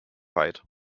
fight